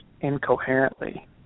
incoherently